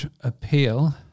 appeal